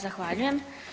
Zahvaljujem.